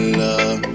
love